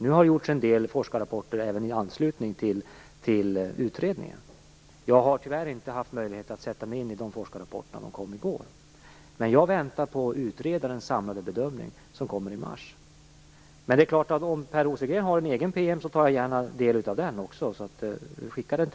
Det har gjorts en del forskarrapporter även i anslutning till utredningen. Jag har tyvärr inte haft möjlighet att sätta mig in i de forskarrapporter som kom i går. Jag väntar på utredarens samlade bedömning, som kommer i mars. Om Per Rosengren har en egen PM tar jag gärna del av den.